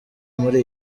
muri